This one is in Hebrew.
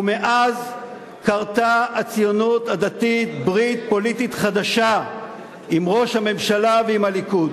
ומאז כרתה הציונות הדתית ברית פוליטית חדשה עם ראש הממשלה ועם הליכוד.